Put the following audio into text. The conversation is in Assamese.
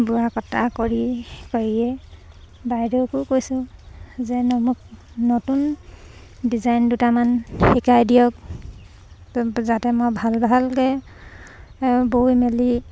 বোৱা কটা কৰি কৰিয়ে বাইদেউকো কৈছোঁ যে মোক নতুন ডিজাইন দুটামান শিকাই দিয়ক যাতে মই ভাল ভালকে বৈ মেলি